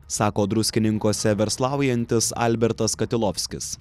sako druskininkuose verslaujantis albertas katilovskis